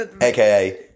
aka